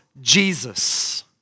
Jesus